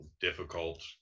difficult